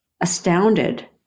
astounded